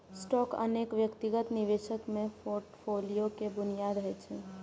stock अनेक व्यक्तिगत निवेशक के फोर्टफोलियो के बुनियाद होइ छै